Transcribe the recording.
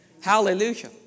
Hallelujah